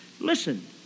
listen